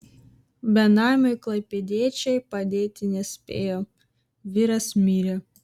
benamiui klaipėdiečiai padėti nespėjo vyras mirė